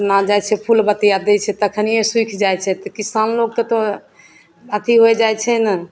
अपना जाइ छै फूल बतिआ दै छै तखनहि सुखि जाइ छै तऽ किसान लोकके तऽ अथी हो जाइ छै ने